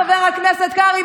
חבר הכנסת קרעי,